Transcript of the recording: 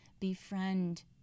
Befriend